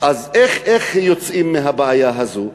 אז איך יוצאים מהבעיה הזו?